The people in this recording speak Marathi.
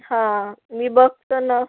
हां मी बघतो ना